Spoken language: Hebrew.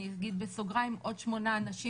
אני אגיד בסוגריים שעוד שמונה אנשים